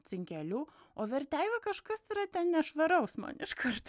cinkeliu o verteiva kažkas yra ten nešvaraus man iškarto